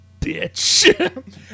bitch